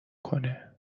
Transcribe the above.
کنه